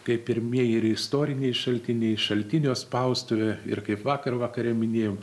kaip pirmieji ir istoriniai šaltiniai šaltinio spaustuvė ir kaip vakar vakare minėjom